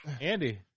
Andy